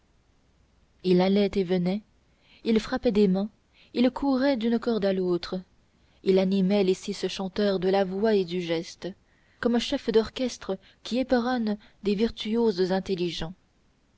il allait et venait il frappait des mains il courait d'une corde à l'autre il animait les six chanteurs de la voix et du geste comme un chef d'orchestre qui éperonne des virtuoses intelligents